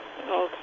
Okay